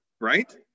right